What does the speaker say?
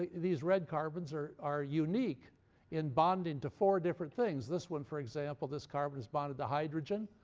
these red carbons are are unique in bonding to four different things. this one, for example, this carbon is bonded to hydrogen,